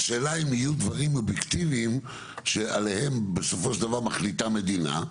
השאלה אם יהיו דברים אובייקטיביים שעליהם בסופו של דבר מחליטה מדינה.